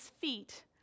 feet